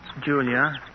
Julia